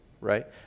right